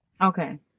okay